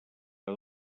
que